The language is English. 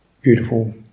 beautiful